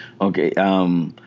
Okay